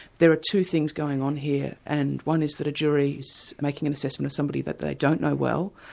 there are two things going on here, and one is that a jury is making an assessment of somebody that they don't know well,